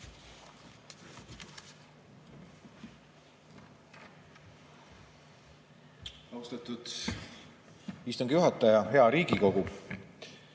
Austatud istungi juhataja! Hea Riigikogu!